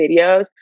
videos